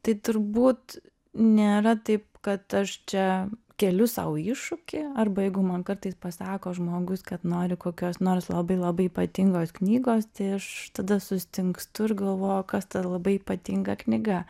tai turbūt nėra taip kad aš čia keliu sau iššūkį arba jeigu man kartais pasako žmogus kad nori kokios nors labai labai ypatingos knygos tai aš tada sustingstu ir galvoju o kas ta labai ypatinga knyga